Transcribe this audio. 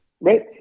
Right